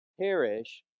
perish